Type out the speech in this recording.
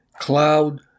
Cloud